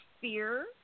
fear